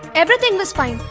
everything was fine.